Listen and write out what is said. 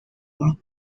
work